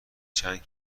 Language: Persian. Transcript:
چند